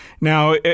Now